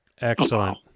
Excellent